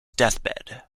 deathbed